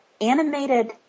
animated